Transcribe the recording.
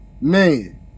Man